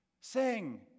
sing